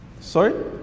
Sorry